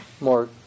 more